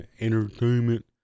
entertainment